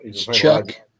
Chuck